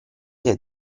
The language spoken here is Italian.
che